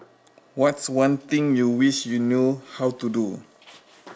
what's one thing you wish you knew how to do